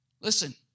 Listen